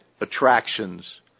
attractions